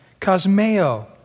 cosmeo